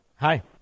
Hi